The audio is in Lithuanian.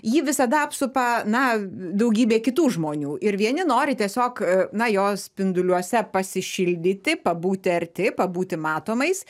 jį visada apsupa na daugybė kitų žmonių ir vieni nori tiesiog na jo spinduliuose pasišildyti pabūti arti pabūti matomais